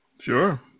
Sure